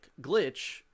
glitch